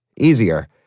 easier